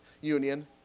union